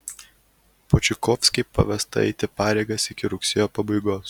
počikovskai pavesta eiti pareigas iki rugsėjo pabaigos